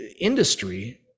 industry